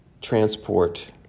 transport